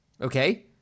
okay